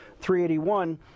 381